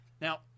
now